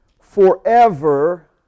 forever